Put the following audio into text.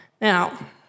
Now